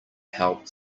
help